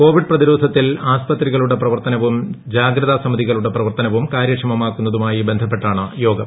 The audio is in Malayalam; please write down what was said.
കോവിഡ് പ്രതിരോധത്തിൽ ആസ്പത്രിക ളുടെ പ്രവർത്തന വും ജാഗ്രതാസമിതികളുടെ പ്രവർത്തനവും കാര്യക്ഷമമാക്കുന്നതു മായി ബന്ധപ്പെട്ടാണ് യോഗം